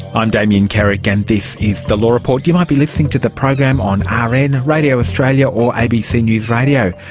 i'm damien carrick and this is the law report. you might be listening to the program on ah rn, radio australia or abc news radio,